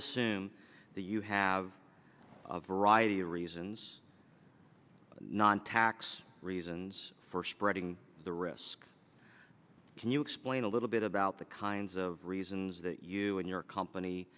assume that you have rioter reasons non tax reasons for spreading the risk can you explain a little bit about the kinds of reasons that you and your company